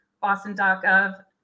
boston.gov